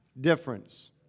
difference